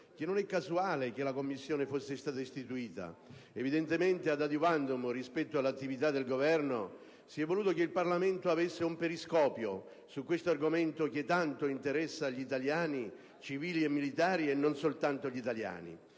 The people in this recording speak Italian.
come non sia stata casuale la sua istituzione. Evidentemente, *ad adiuvandum* rispetto all'attività del Governo, si è voluto che il Parlamento avesse un periscopio su questo argomento che tanto interessa gli italiani, civili e militari, e non soltanto gli italiani.